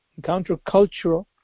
countercultural